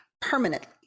permanently